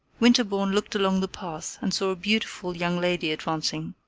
winterbourne looked along the path and saw a beautiful young lady advancing.